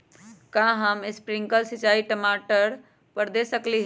का हम स्प्रिंकल सिंचाई टमाटर पर दे सकली ह?